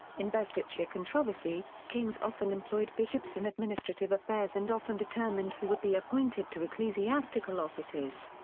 investiture controversy kings often employed bishops in administrative affairs and often determined who would be appointed to ecclesiastical offices.